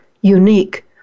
unique